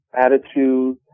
Attitude